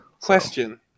Question